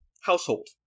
household